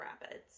Rapids